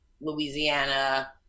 Louisiana